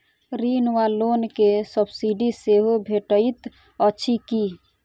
ऋण वा लोन केँ सब्सिडी सेहो भेटइत अछि की?